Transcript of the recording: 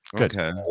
okay